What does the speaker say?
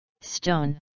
Stone